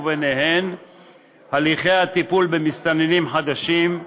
ובהן הליכי הטיפול במסתננים חדשים,